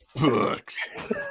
Books